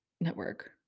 network